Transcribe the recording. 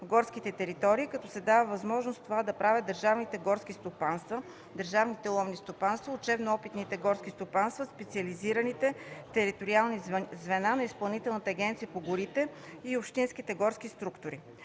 горските територии, като се дава възможност това да правят държавните горски стопанства, държавните ловни стопанства, учебно-опитните горски стопанства, специализираните териториални звена на Изпълнителната агенция по горите и общинските горски структури.